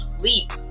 leap